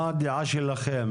מה הדעה שלכם?